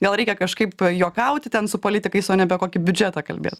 gal reikia kažkaip juokauti ten su politikais o ne apie kokį biudžetą kalbėt